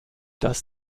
das